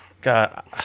God